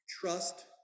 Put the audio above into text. trust